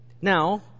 Now